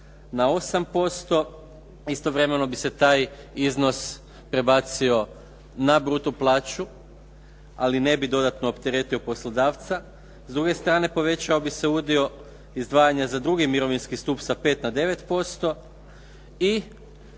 na 8%. Istovremeno bi se taj iznos prebacio na bruto plaću, ali ne bi dodatno opteretio poslodavca. S druge strane, povećao bi se udio izdvajanja za drugi mirovinski stup sa 5 na 9% i